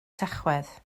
tachwedd